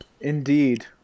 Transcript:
Indeed